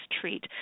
treat